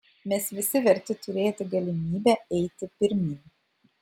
mes visi verti turėti galimybę eiti pirmyn